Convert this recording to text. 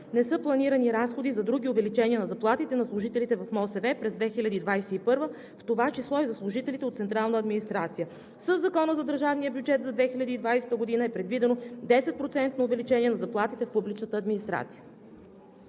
не са планирани разходи за други увеличения на заплатите на служителите в МОСВ през 2021 г., в това число и за служителите от централната администрация. Със Закона за държавния бюджет за 2021 г. е предвидено 10-процентно увеличение на заплатите в публичната администрация.